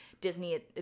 Disney